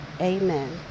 Amen